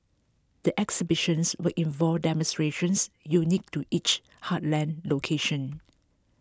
the exhibitions will involve demonstrations unique to each heartland location